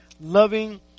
loving